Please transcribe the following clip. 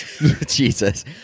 Jesus